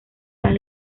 las